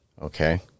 Okay